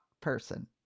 person